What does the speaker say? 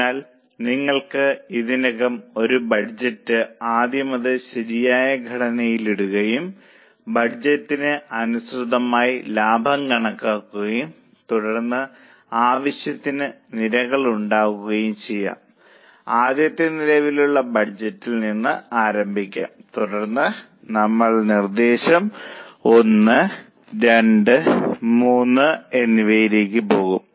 അതിനാൽ നിങ്ങൾക്ക് ഇതിനകം ഒരു ബഡ്ജറ്റ് ആദ്യം അത് ശരിയായ ഘടനയിൽ ഇടുകയും ബഡ്ജറ്റിന് അനുസൃതമായി ലാഭം കണക്കാക്കുകയും തുടർന്ന് ആവശ്യത്തിന് നിരകൾ ഉണ്ടാക്കുകയും ചെയ്യാം ആദ്യം നിലവിലുള്ള ബഡ്ജറ്റിൽ നിന്ന് ആരംഭിക്കും തുടർന്ന് നമ്മൾ നിർദ്ദേശം 1 2 3 എന്നിവയിലേക്ക് പോകും